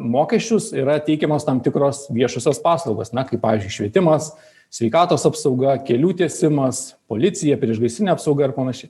mokesčius yra teikiamos tam tikros viešosios paslaugos na kaip pavyzdžiui švietimas sveikatos apsauga kelių tiesimas policija priešgaisrinė apsauga ir panašiai